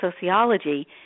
sociology